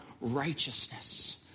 righteousness